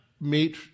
meet